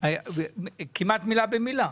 כמעט מילה במילה: